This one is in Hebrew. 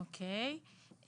אוקיי,